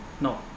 no